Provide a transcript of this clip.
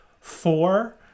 four